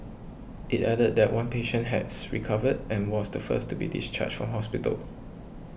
it added that one patient has recovered and was the first to be discharged from hospital